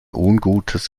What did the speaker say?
ungutes